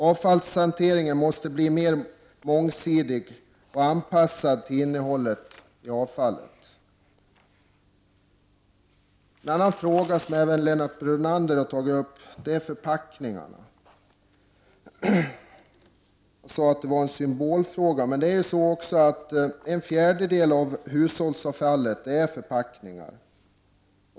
Avfallshanteringen måste bli mer mångsidig och anpassad till innehållet i avfallet. En annan sak, som även Lennart Brunander har tagit upp, är frågan om förpackningarna. Det här är en symbolfråga. Men en fjärdedel av hushållsavfallet utgörs faktiskt av förpackningar.